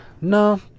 No